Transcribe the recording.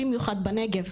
במיוחד בנגב,